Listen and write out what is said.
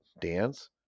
dance